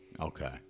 Okay